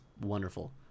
wonderful